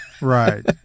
Right